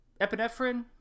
epinephrine